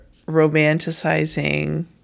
romanticizing